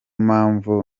mpamvu